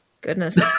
Goodness